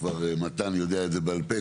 כבר נתן יודע את זה בעל פה,